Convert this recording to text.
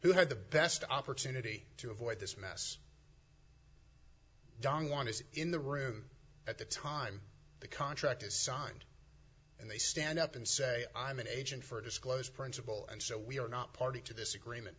who had the best opportunity to avoid this mess don juan is in the room at the time the contract is signed and they stand up and say i'm an agent for disclosure principle and so we are not party to this agreement